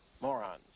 morons